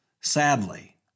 Sadly